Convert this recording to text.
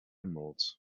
emeralds